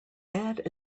add